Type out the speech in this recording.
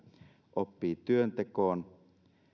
oppii työntekoon